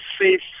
safe